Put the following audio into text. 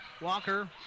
Walker